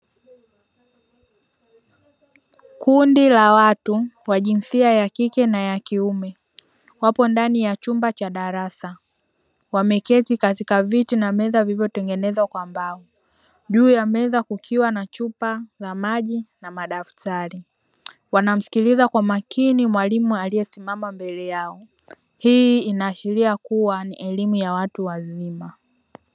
Kundi la watu wa jinsia ya kike na ya kiume wapo ndani ya chumba cha darasa, wameketi katika viti na meza vilivyotengenezwa kwa mbao, juu ya meza kukiwa na chupa za maji na madaftari, wanamsikiliza kwa makini mwalimu aliyesimama mbele yao. Hii inaashiria kuwa ni elimu ya watu wazima.